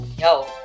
yo